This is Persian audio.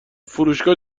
فروشگاه